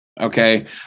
Okay